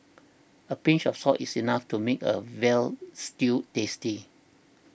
a pinch of salt is enough to make a Veal Stew tasty